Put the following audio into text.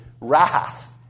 wrath